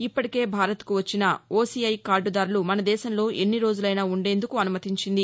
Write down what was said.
ఇప్పటికే భారత్కు పచ్చిన ఓసీఐ కార్డదారులు మన దేశంలో ఎన్ని రోజులైనా ఉండేందుకు అసుమతించింది